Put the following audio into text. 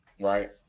Right